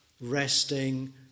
resting